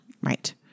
right